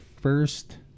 first